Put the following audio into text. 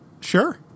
Sure